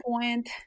point